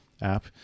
app